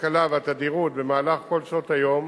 2. שעות פעילות הרכבת הקלה והתדירות במהלך כל שעות היום